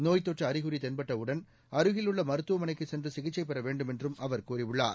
நோய்த் தொற்று அறிகுறி தென்பட்டவுடன் அருகில் உள்ள மருத்துவமளைக்குச் சென்று சிகிச்சை பெற வேண்டும் என்றும் அவர் கூறியுள்ளார்